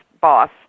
boss